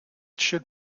should